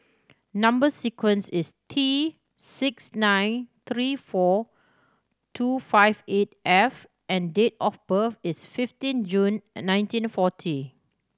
number sequence is T six nine three four two five eight F and date of birth is fifteen June nineteen forty